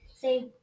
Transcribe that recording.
Say